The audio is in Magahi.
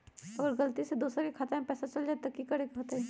अगर गलती से दोसर के खाता में पैसा चल जताय त की करे के होतय?